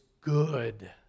good